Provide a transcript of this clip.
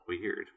Weird